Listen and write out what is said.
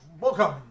welcome